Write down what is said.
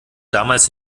damals